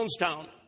Jonestown